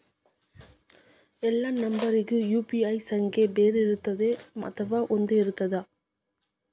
ಎಲ್ಲಾ ನಂಬರಿಗೂ ಯು.ಪಿ.ಐ ಸಂಖ್ಯೆ ಬೇರೆ ಇರುತ್ತದೆ ಅಥವಾ ಒಂದೇ ಇರುತ್ತದೆ?